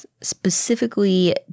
specifically